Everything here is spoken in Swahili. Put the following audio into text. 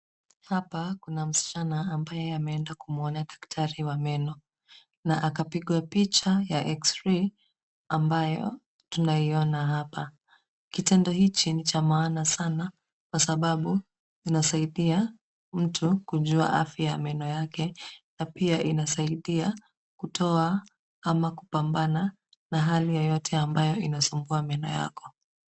Hapa kuna msichana ambaye ameenda kumuona daktari wa meno na akapigwa picha ya X-ray ambayo tunaiona hapa. Kitanda hichi ni cha maana sana kwa sababu inasaidia mtu kujua afya ya meno yake na pia inasaidia kutoa ama kupambana na hali yeyote ambayo inasumbua meno yako.